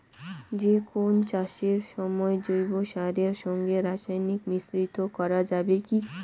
যে কোন চাষের সময় জৈব সারের সঙ্গে রাসায়নিক মিশ্রিত করা যাবে কি?